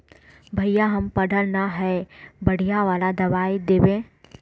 भैया हम पढ़ल न है बढ़िया वाला दबाइ देबे?